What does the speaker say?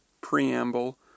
preamble